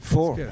Four